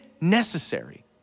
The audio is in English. necessary